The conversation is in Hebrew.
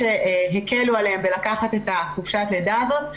כשהקלו עליהם בלקחת את חופשת הלידה הזאת,